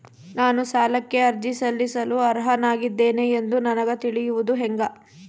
ನಾನು ಸಾಲಕ್ಕೆ ಅರ್ಜಿ ಸಲ್ಲಿಸಲು ಅರ್ಹನಾಗಿದ್ದೇನೆ ಎಂದು ನನಗ ತಿಳಿಯುವುದು ಹೆಂಗ?